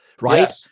right